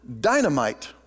dynamite